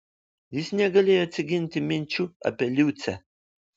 jis negalėjo atsiginti minčių apie liucę